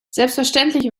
selbstverständlich